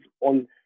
on